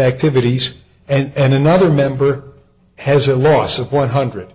activities and another member has a loss of one hundred